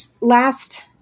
last